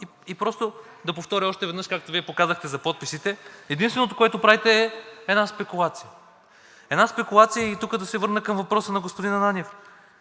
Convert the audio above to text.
И просто да повторя още веднъж, както Вие показахте за подписите. Единственото, което правите, е една спекулация. Една спекулация е – и тук да се върна към въпроса на господин Ананиев,